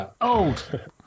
old